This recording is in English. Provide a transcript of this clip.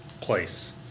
place